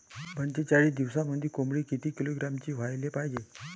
पंचेचाळीस दिवसामंदी कोंबडी किती किलोग्रॅमची व्हायले पाहीजे?